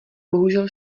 bohužel